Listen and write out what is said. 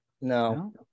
No